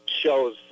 shows